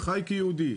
וחי כיהודי.